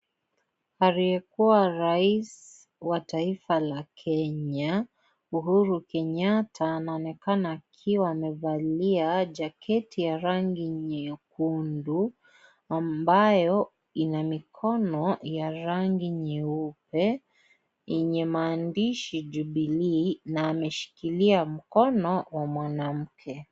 Aliyekuwa rais wa taifa la Kenya; Uhuru Kenyatta anaonekana akiwa amevalia jaketi ya rangi nyekundu, ambayo ina mikono ya rangi nyeupe, yenye maandishi Jubilee na ameshikilia mkono wa mwanamke.